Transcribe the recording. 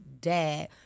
dad